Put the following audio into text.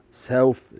self